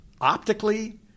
optically